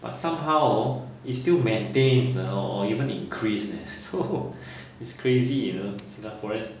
but somehow hor is still maintains uh or even increase leh so is crazy you know singaporeans